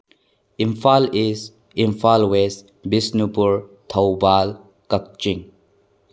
Imphal is Imphal was Bishnupur Thoubal Kakching